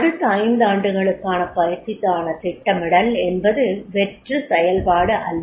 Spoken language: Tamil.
அடுத்த ஐந்தாண்டுகளுக்கான பயிற்சிக்கான திட்டமிடல் என்பது வெற்று செயல்பாடு அல்ல